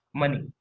money